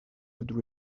would